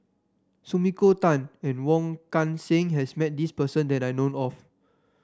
Sumiko Tan and Wong Kan Seng has met this person that I know of